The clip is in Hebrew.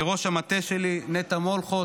לראש המטה שלי נטע מולכו,